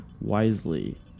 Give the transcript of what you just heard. wisely